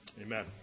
Amen